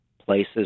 Places